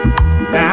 Now